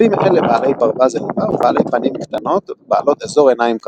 קופים אלה בעלי פרווה זהובה ובעלי פנים קטנות בעלות אזור עיניים כחול,